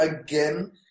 again